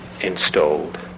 installed